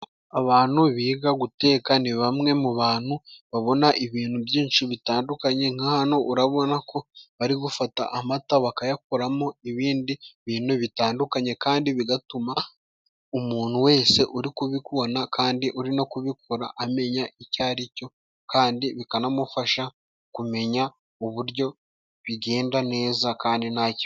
Abanu biga guteka ni bamwe mu banu babona ibinu byinshi bitandukanye, nka hano urabona ko bari gufata amata bakayakoramo ibini binu bitandukanye, kandi bigatuma umunu wese uri kubikuna abona kandi uri no kubikora amenya icyo ari cyo, kandi bikanamufasha kumenya uburyo bigenda neza kandi nta kibazo.